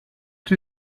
two